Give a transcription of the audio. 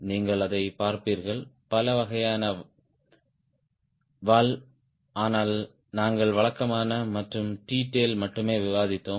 நீங்கள் அதைப் பார்ப்பீர்கள் பல வகையான வால் ஆனால் நாங்கள் வழக்கமான மற்றும் T tail மட்டுமே விவாதித்தோம்